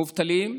מובטלים,